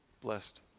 blessed